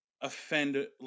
offend